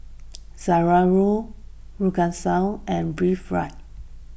Zalora Duracell and Breathe Right